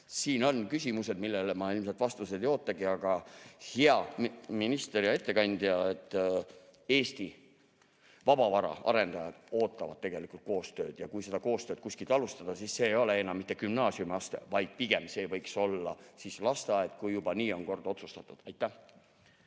Siin on küsimused, millele ma vastuseid ei ootagi. Aga, hea minister ja ettekandja, Eesti vabavara arendajad ootavad tegelikult koostööd ja kui seda koostööd kuskilt alustada, siis see ei ole enam mitte gümnaasiumiaste, vaid pigem see võiks olla lasteaed, kui juba nii on kord otsustatud. Aitäh!